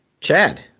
Chad